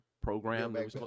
program